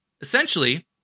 Essentially